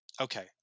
Okay